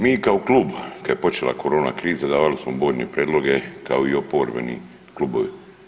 Mi kao klub kad je počela korona kriza davali smo brojne prijedloge kao i oporbeni klubovi.